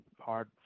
hard